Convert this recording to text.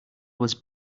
was